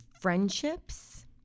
friendships